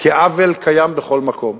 כי עוול קיים בכל מקום.